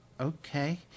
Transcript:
Okay